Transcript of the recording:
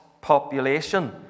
population